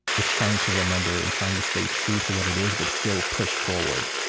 it's trying to remember and trying to stay true to what it is but still push forward